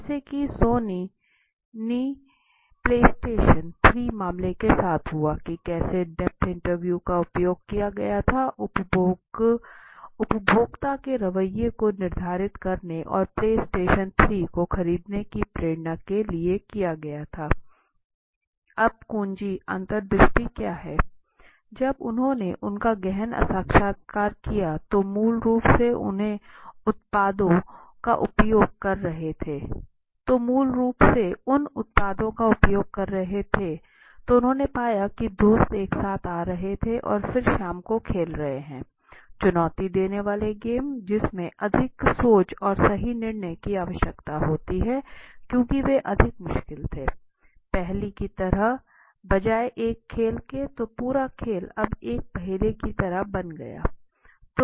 जैसा कि Sony PlayStation 3 मामले के साथ हुआ कि कैसे डेप्थ इंटरव्यू का उपयोग किया गया था उपभोक्ता के रवैये को निर्धारित करने और प्ले स्टेशन 3 को खरीदने की प्रेरणा के लिए किया गया था अब कुंजी अंतर्दृष्टि क्या हैं जब उन्होंने उनका गहन साक्षात्कार किया जो मूल रूप से उन उत्पादों का उपयोग कर रहे थे तो उन्होंने पाया कि दोस्त एक साथ आ रहे है और फिर शाम को खेल रहे हैं चुनौती देने वाले खेल जिसमें अधिक सोच और सही निर्णय की आवश्यकता होती है क्योंकि वे अधिक मुश्किल थे पहली की तरह बजाय एक खेल के तो पूरा खेल अब एक पहेली की तरह बन गया